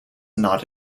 not